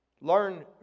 Learn